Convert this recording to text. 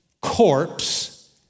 corpse